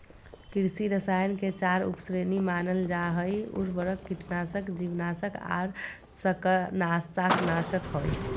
कृषि रसायन के चार उप श्रेणी मानल जा हई, उर्वरक, कीटनाशक, जीवनाशक आर शाकनाशक हई